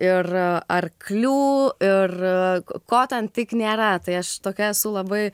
ir arklių ir ko ten tik nėra tai aš tokia esu labai